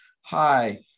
hi